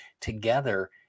together